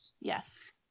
Yes